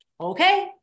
okay